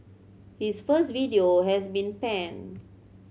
his first video has been panned